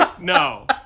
no